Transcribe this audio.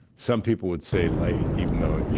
some people would say late, even though, yeah